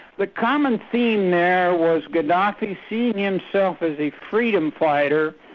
the common theme there was gaddafi seeing himself as a freedom fighter,